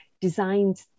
designed